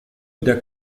der